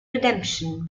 redemption